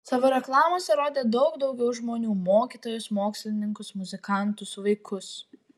savo reklamose rodė daug daugiau žmonių mokytojus mokslininkus muzikantus vaikus